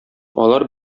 алар